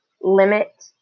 limit